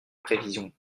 prévision